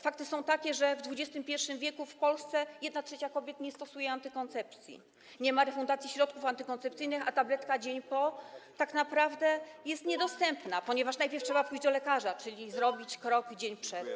Fakty są takie, że w XXI w. w Polsce 1/3 kobiet nie stosuje antykoncepcji, nie ma refundacji środków antykoncepcyjnych, a tabletka „dzień po” tak naprawdę jest niedostępna, ponieważ najpierw trzeba pójść do lekarza, czyli zrobić krok dzień przed.